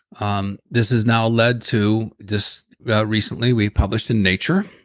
um this has now led to just recently we published in nature,